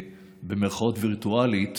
וירטואלית,